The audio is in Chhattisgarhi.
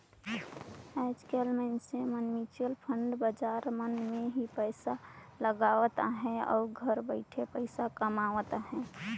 आएज काएल मइनसे मन म्युचुअल फंड बजार मन में ही पइसा लगावत अहें अउ घर बइठे पइसा कमावत अहें